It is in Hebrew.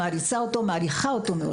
מעריצה אותו ומעריכה אותו מאוד